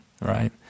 right